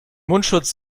mundschutz